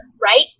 right